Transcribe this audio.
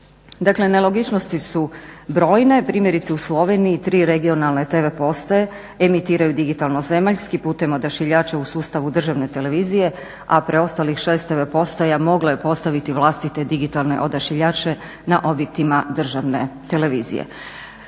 Dakle nelogičnosti su brojne, primjerice u Sloveniji tri regionalne TV postaje emitiraju digitalno zemaljski putem odašiljača u sustavu državne televizije, a preostalih 6 TV postaja moglo je postaviti vlastite digitalne odašiljače na objektima državne televizije.